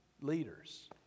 leaders